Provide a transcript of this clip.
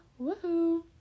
Woohoo